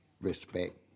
respect